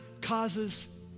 causes